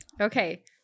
Okay